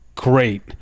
great